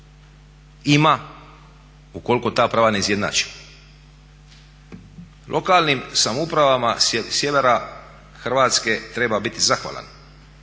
ima ukoliko ta prava ne izjednačimo? Lokalnim samoupravama sjevera Hrvatske treba biti zahvalan,